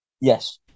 Yes